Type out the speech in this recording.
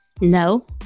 No